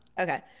Okay